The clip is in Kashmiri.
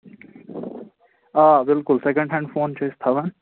آ بِلکُل سٮ۪کَنٛڈ ہینٛڈ فون چھِ أسۍ تھاوان